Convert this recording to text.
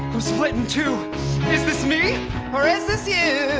i'm split in two is this me and or is this you?